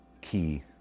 key